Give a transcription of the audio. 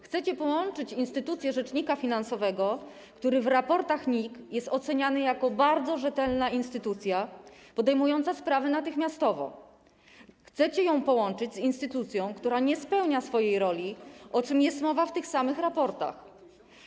Chcecie połączyć instytucję rzecznika finansowego, który w raportach NIK jest oceniany jako bardzo rzetelna instytucja, podejmująca sprawy natychmiastowo - chcecie ją połączyć z instytucją, która nie spełnia swojej roli, o czym jest mowa w tych samych raportach.